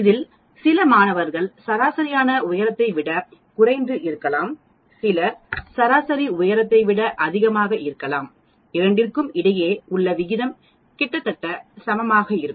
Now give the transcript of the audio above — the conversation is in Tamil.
இதில் சில மாணவர்கள் சராசரியான உயரத்தை விட குறைந்து இருக்கலாம் சிலர் சராசரி உயரத்தை விட அதிகமாக இருக்கலாம் இரண்டிற்கும் இடையே உள்ள விகிதம் கிட்டத்தட்ட சமமாக இருக்கும்